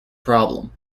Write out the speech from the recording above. problem